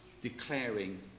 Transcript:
declaring